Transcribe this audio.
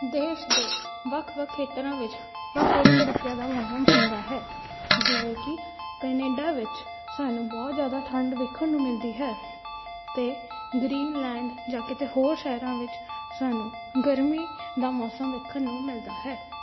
ਦੇਸ਼ ਦੇ ਵੱਖ ਵੱਖ ਖੇਤਰਾਂ ਵਿੱਚ ਵੱਖ ਵੱਖ ਤਰੀਕਿਆਂ ਦਾ ਮੌਸਮ ਹੁੰਦਾ ਹੈ ਜਿਵੇਂ ਕਿ ਕੈਨੇਡਾ ਵਿੱਚ ਸਾਨੂੰ ਬਹੁਤ ਜ਼ਿਆਦਾ ਠੰਡ ਵੇਖਣ ਨੂੰ ਮਿਲਦੀ ਹੈ ਅਤੇ ਗਰੀਨਲੈਂਡ ਜਾਂ ਕਿਤੇ ਹੋਰ ਸ਼ਹਿਰਾਂ ਵਿੱਚ ਸਾਨੂੰ ਗਰਮੀ ਦਾ ਮੌਸਮ ਵੇਖਣ ਨੂੰ ਮਿਲਦਾ ਹੈ